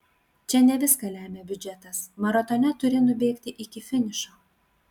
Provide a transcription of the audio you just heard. čia ne viską lemia biudžetas maratone turi nubėgti iki finišo